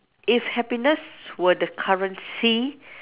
if happiness were the currency